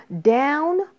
down